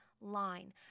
line